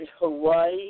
Hawaii